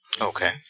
Okay